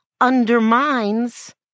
undermines